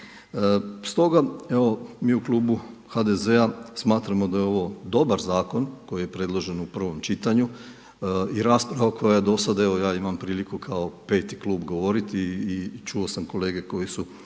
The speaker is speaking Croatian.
evo mi u klubu HDZ-a smatramo da je ovo dobar zakon koji je predložen u prvom čitanju i rasprava koja je do sada, evo ja imam priliku kao 5. klub govoriti i čuo sam kolege koji su